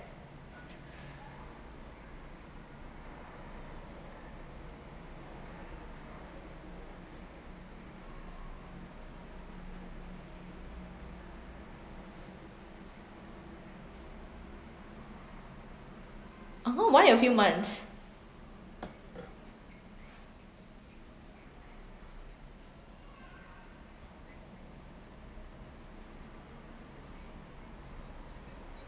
oh why a few months